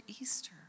Easter